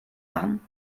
machen